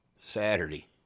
Saturday